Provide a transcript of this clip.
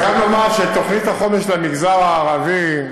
אני חייב לומר שבתוכנית החומש למגזר הערבי,